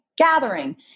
gathering